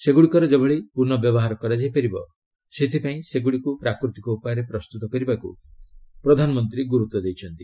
ସେଗୁଡ଼ିକର ଯେଭଳି ପୁନଃ ବ୍ୟବହାର କରାଯାଇ ପାରିବସେଥିପାଇଁ ସେଗୁଡ଼ିକୁ ପ୍ରାକୃତିକ ଉପାୟରେ ପ୍ରସ୍ତୁତ କରିବାକୁ ପ୍ରଧାନମନ୍ତ୍ରୀ ଗୁରୁତ୍ୱ ଦେଇଛନ୍ତି